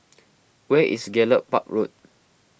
where is Gallop Park Road